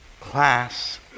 class